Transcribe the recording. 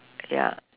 ya